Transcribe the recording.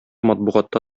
матбугатта